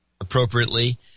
appropriately